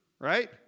right